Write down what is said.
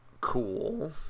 Cool